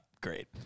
Great